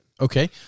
Okay